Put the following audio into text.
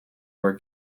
were